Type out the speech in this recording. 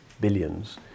billions